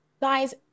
Guys